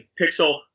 pixel